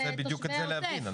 אני מנסה בדיוק את זה להבין.